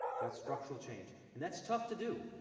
that's structural change. and that's tough to do.